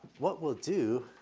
what we'll do,